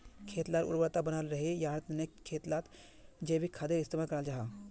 खेत लार उर्वरता बनाल रहे, याहार तने खेत लात जैविक खादेर इस्तेमाल कराल जाहा